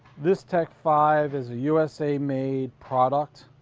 this tek five is a usa-made product.